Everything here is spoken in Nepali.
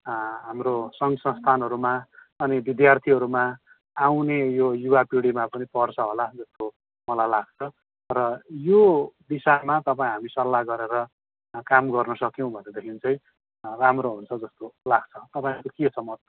हाम्रो संघ संस्थानहरूमा अनि विद्यार्थीहरूमा आउने यो युवा पिँढीमा पनि पर्छ होला जस्तो मलाई लाग्छ र यो दिशामा तपाईँ हामी सल्लाह गरेर काम गर्न सक्यौँ भनेदेखि चाहिँ राम्रो हुन्छ जस्तो लाग्छ तपाईँहरूको के छ मत